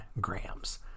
grams